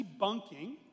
debunking